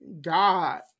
God